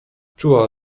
czuła